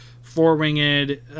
four-winged